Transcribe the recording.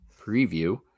preview